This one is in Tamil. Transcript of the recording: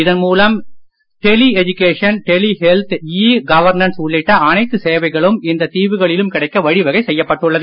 இதன் மூலம் tele education tele health e governance உள்ளிட்ட அனைத்து சேவைகளும் இந்த தீவுகளிலும் கிடைக்க வழிவகை செய்யப்பட்டுள்ளது